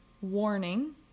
warning